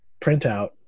printout